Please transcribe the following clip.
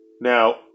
Now